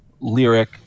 lyric